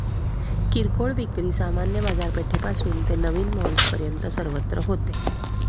किरकोळ विक्री सामान्य बाजारपेठेपासून ते नवीन मॉल्सपर्यंत सर्वत्र होते